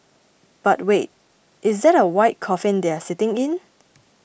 but wait is that a white coffin they are sitting in